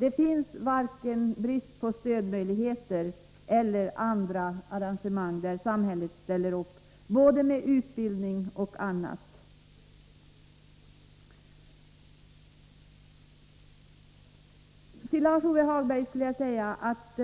Det finns varken brist på stödmöjligheter eller brist på andra arrangemang, där samhället ställer upp med både utbildning och annat. Till Lars-Ove Hagberg vill jag säga att